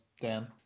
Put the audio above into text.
Dan